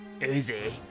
Uzi